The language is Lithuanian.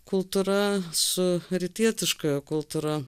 kultūra su rytietiška kultūra